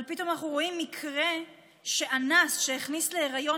אבל פתאום אנחנו רואים שאנס שהכניס להיריון